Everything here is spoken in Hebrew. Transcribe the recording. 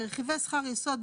סעיף 7. רכיבי שכר יסוד,